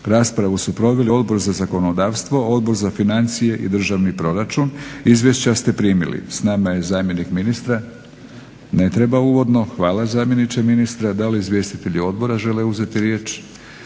Raspravu su proveli Odbor za zakonodavstvo, Odbor za financije i državni proračun. Izvješća ste primili. S nama je zamjenik ministra, ne treba uvodno, hvala zamjeniče ministra. Da li izvjestitelji odbora žele uzeti riječ?